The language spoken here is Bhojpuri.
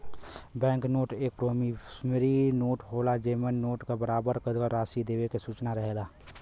बैंक नोट एक प्रोमिसरी नोट होला जेमन नोट क बराबर क राशि देवे क सूचना रहेला